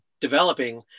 developing